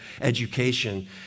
education